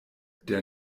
der